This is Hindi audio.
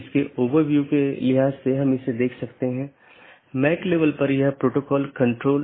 1 ओपन मेसेज दो सहकर्मी नोड्स के बीच एक BGP सत्र स्थापित करता है